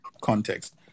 context